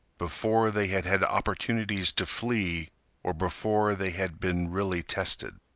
before they had had opportunities to flee or before they had been really tested.